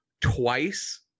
twice